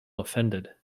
offended